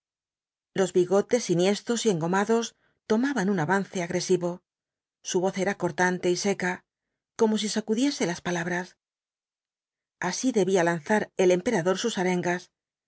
los bigotes enhiestos y engomados tomaban un avance agresivo su voz era cortante y seca como si sacudiese las palabras así debía lanzar el emperador sus arengas